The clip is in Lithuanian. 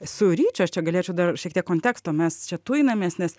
su ryčiu aš čia galėčiau dar šiek tiek konteksto mes čia tujinamės nes